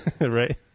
right